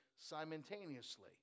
simultaneously